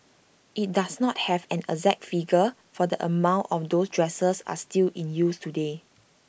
IT does not have an exact figure for the amount of those dressers are still in use today